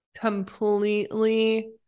completely